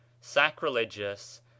Sacrilegious